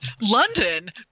London